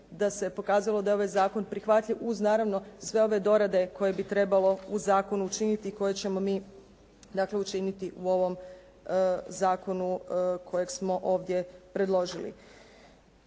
da se pokazalo da je ovaj zakon prihvatljiv uz naravno sve ove dorade koje bi trebalo u zakonu učiniti i koje ćemo mi učiniti u ovom zakonu kojeg smo ovdje predložili.